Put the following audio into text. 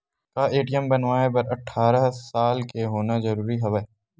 का ए.टी.एम बनवाय बर अट्ठारह साल के उपर होना जरूरी हवय?